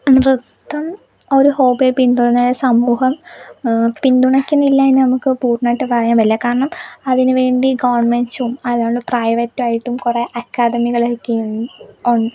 നൃത്തം ഒരു ഹോബിയായി പിന്തുടരാന് സമൂഹം പിന്തുണയ്ക്കുന്നില്ലയെന്ന് നമുക്ക് പൂര്ണ്ണമായിട്ട് പറയാന് പറ്റില്ല കാരണം അതിന് വേണ്ടി ഗവണ്മെൻറ്റും അതുപോലെ പ്രൈവറ്റായിട്ടും കുറെ അക്കാദമികളൊക്കെയും